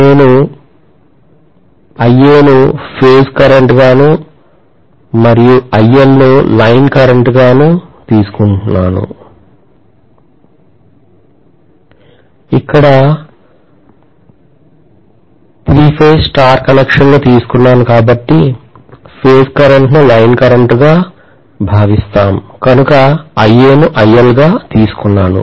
నేను మీ కోసం దీన్ని హోంవర్క్గా ఇస్తున్నాను